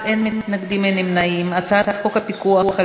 ההצעה להעביר את הצעת חוק הפיקוח על